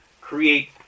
create